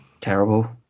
Terrible